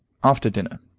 after dinner.